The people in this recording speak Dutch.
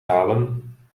halen